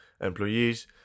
employees